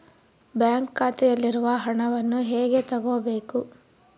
Bank ಖಾತೆಯಲ್ಲಿರುವ ಹಣವನ್ನು ಹೇಗೆ ತಗೋಬೇಕು?